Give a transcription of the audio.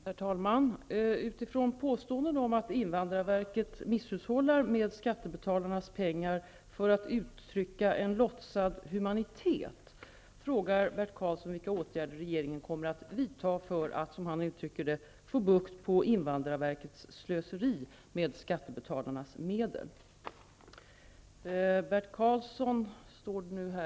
Herr talman! Utifrån påståenden om att invandrarverket misshushållar med skattebetalarnas pengar i syfte att uttrycka en låtsad humanitet frågar Bert Karlsson vilka åtgärder regeringen kommer att vidta för att -- som han uttrycker det -- ''få bukt på invandrarverkets slöseri med skattebetalarnas medel''.